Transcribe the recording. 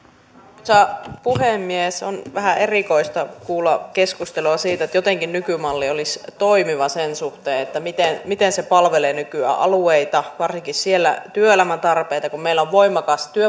arvoisa puhemies on vähän erikoista kuulla keskustelua siitä että jotenkin nykymalli olisi toimiva sen suhteen miten miten se palvelee nykyään alueita varsinkin työelämän tarpeita kun meillä on voimakas työvoimapula